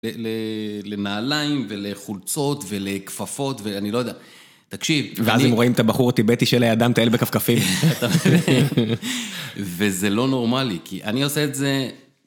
לנעליים ולחולצות ולכפפות ואני לא יודע, תקשיב. ואז הם רואים את הבחור הטיבטי שלידם מטייל בכפכפים. וזה לא נורמלי, כי אני עושה את זה...